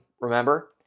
remember